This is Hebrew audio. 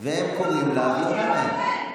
הם קוראים לה והיא עונה להם.